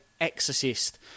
Exorcist